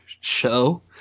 show